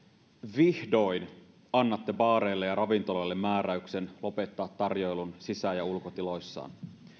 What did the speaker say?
vihdoin annatte baareille ja ravintoloille määräyksen lopettaa tarjoilun sisä ja ulkotiloissaan